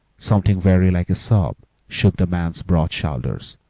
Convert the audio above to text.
something very like a sob shook the man's broad shoulders,